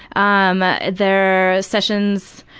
um there are sessions,